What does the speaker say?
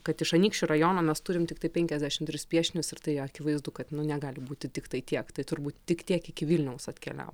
kad iš anykščių rajono mes turim tiktai penkiasdešim tris piešinius ir tai akivaizdu kad nu negali būti tiktai tiek tai turbūt tik tiek iki vilniaus atkeliav